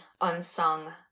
unsung